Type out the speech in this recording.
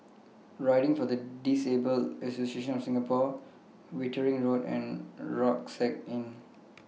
Riding For The Disabled Association of Singapore Wittering Road and Rucksack Inn